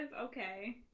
Okay